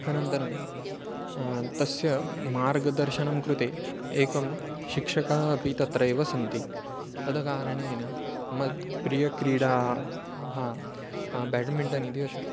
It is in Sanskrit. अनन्तरं तस्य मार्गदर्शनं कृते एकं शिक्षकः अपि तत्रैव सन्ति तदकारणेन मद् प्रियक्रीडा ह हा ब्याड्मिण्टन् इति अस्ति